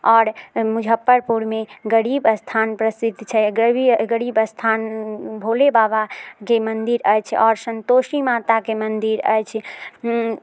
आओर मुजफ्फरपुरमे गरीब स्थान प्रसिद्ध छै गरीब स्थान भोले बाबाके मन्दिर अछि आओर सन्तोषी माताके मन्दिर अछि